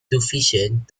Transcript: sufficient